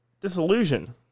disillusion